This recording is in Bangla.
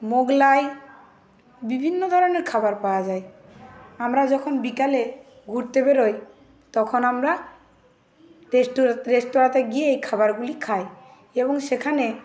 মোগলাই বিভিন্ন ধরণের খাবার পাওয়া যায় আমরা যখন বিকালে ঘুরতে বেরোই তখন আমরা রেস্টু রেস্তরাঁতে গিয়ে এই খাবারগুলি খাই এবং সেখানে